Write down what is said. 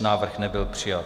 Návrh nebyl přijat.